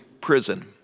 prison